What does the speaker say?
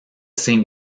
same